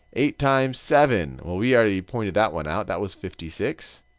eight times seven. well, we already pointed that one out, that was fifty six.